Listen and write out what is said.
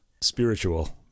spiritual